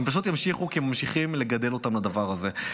הם פשוט ימשיכו כי ממשיכים לגדל אותם לדבר הזה,